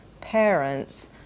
parents